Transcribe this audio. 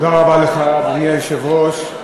אדוני היושב-ראש,